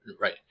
right